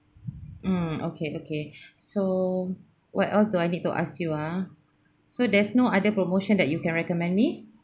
mm okay okay so what else do I need to ask you ah so there's no other promotion that you can recommend me